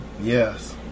Yes